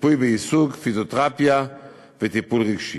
ריפוי בעיסוק, פיזיותרפיה וטיפול רגשי.